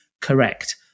correct